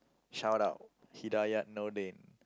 shout out Hidayat Noordin